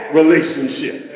relationship